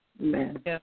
Amen